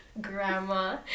grandma